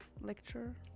lecture